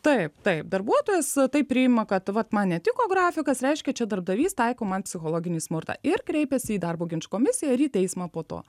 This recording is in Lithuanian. taip taip darbuotojas taip priima kad vat man netiko grafikas reiškia čia darbdavys taiko man psichologinį smurtą ir kreipiasi į darbo ginčų komisiją ir į teismą po to